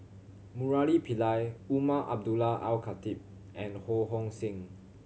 Murali Pillai Umar Abdullah Al Khatib and Ho Hong Sing